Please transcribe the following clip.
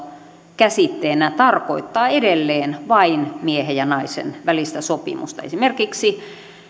käsitteenä tarkoittaa edelleen vain miehen ja naisen välistä sopimusta esimerkiksi